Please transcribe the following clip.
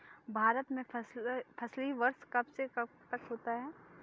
भारत में फसली वर्ष कब से कब तक होता है?